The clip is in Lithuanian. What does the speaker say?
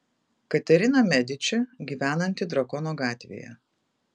katerina mediči gyvenanti drakono gatvėje